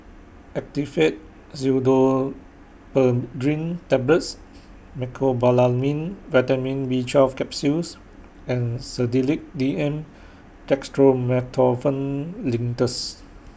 Actifed Pseudoephedrine Tablets Mecobalamin Vitamin B twelve Capsules and Sedilix D M Dextromethorphan Linctus